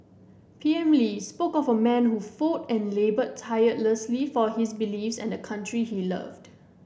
PM Lee spoke of a man who fought and laboured tirelessly for his beliefs and the country he loved